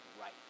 right